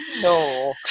No